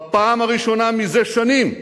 בפעם הראשונה זה שנים,